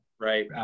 right